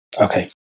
Okay